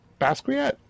Basquiat